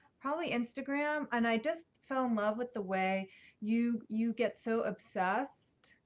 probably instagram, and i just fell in love with the way you you get so obsessed.